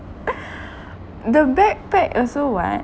the backpack also [what]